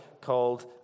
called